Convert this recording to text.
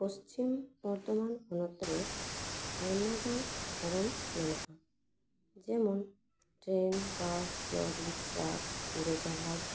ᱯᱚᱥᱪᱷᱤᱢ ᱵᱚᱨᱫᱷᱚᱢᱟᱱ ᱦᱚᱱᱚᱛ ᱨᱮ ᱟᱭᱢᱟᱜᱟᱱ ᱥᱟᱜᱟᱲᱚᱢ ᱢᱮᱱᱟᱜᱼᱟ ᱡᱮᱢᱚᱱ ᱴᱨᱮᱱ ᱵᱟᱥ ᱞᱚᱨᱤ ᱴᱨᱟᱠ ᱩᱲᱟᱹ ᱡᱟᱦᱟᱡ